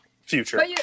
future